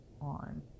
on